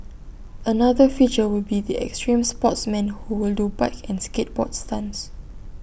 another feature will be the extreme sportsmen who will do bike and skateboard stunts